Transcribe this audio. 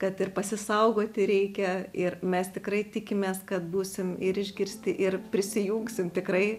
kad ir pasisaugoti reikia ir mes tikrai tikimės kad būsim ir išgirsti ir prisijungsim tikrai